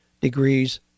degrees